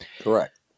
Correct